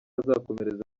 azakomereza